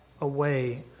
away